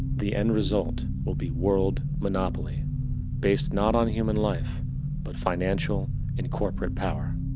the end result will be world monopoly based not on human life but financial and corporate power.